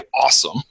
awesome